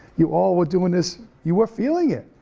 you all were doin' this, you were feeling it.